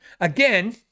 again